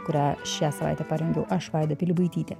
kurią šią savaitę parengiau aš vaida pilibaitytė